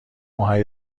رفاه